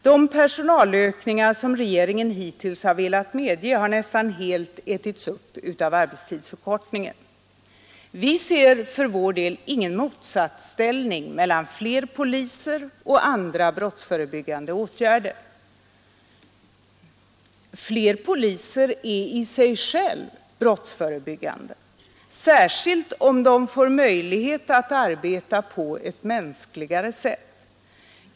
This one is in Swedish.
De personalökningar, som regeringen hittills velat medge, har nästan helt ätits upp av arbetstidsförkortningen. Vi ser för vår del ingen motsatsställning mellan fler poliser och andra brottsförebyggande åtgärder. Fler poliser är i sig brottsförebyggande, särskilt om de får möjlighet att arbeta på ett mänskligare sätt.